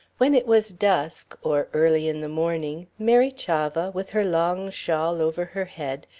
when it was dusk, or early in the morning, mary chavah, with her long shawl over her head,